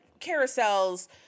carousels